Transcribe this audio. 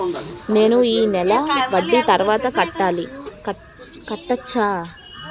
నేను ఈ నెల వడ్డీని తర్వాత కట్టచా?